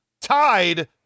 tied